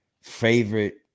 favorite